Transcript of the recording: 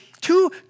two